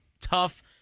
tough